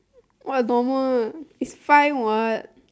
what normal it's fine what